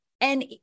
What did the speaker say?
and-